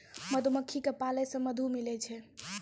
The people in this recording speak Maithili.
मधुमक्खी क पालै से मधु मिलै छै